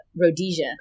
Rhodesia